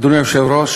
אדוני היושב-ראש,